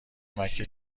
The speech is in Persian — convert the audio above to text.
مکه